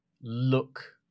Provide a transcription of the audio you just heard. look